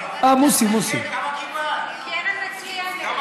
השכל, כמה קיבלת שאת, קרן מצוינת.